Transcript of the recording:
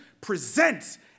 presents